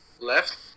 Left